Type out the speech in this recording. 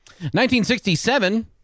1967